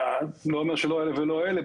אני לא אומר שלא אלה ולא אלה,